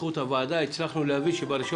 שבזכות הוועדה הצלחנו להביא לכך שב-1